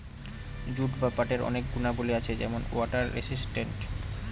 jute বা পাটের অনেক গুণাবলী আছে যেমন ওয়াটার রেসিস্টেন্ট